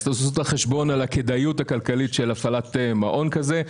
אז תעשו את החשבון על הכדאיות הכלכלית של הפעלת מעון כזה.